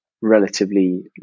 relatively